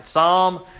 Psalm